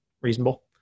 reasonable